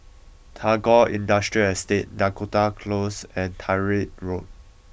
Tagore Industrial Estate Dakota Close and Tyrwhitt Road